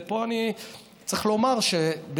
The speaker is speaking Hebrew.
ופה אני צריך לומר שבכלל,